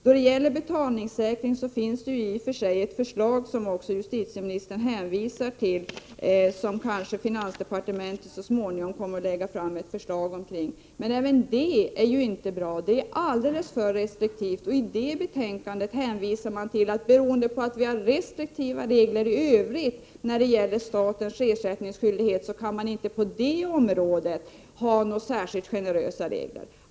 Då det gäller betalningssäkring finns det i och för sig ett förslag, som också justitieministern hänvisar till, och finansdepartementet kanske så småningom kommer att lägga fram ett förslag om detta. Men det är inte heller bra, det är alldeles för restriktivt, och i betänkandet sägs att beroende på de restriktiva regler som i övrigt gäller för statens ersättningsskyldighet kan man inte på detta område införa några särskilt generösa regler.